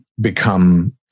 become